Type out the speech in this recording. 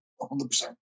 100%